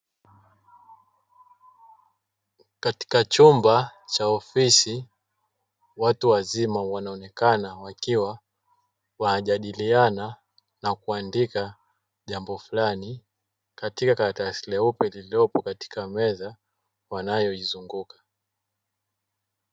Katika chumba cha ofidi watu wazima wanaonekana wakiwa wanajadiliana na kuandika jambo fulani, katika karatasi jeupe lililopo katika meza wanayoizunguka.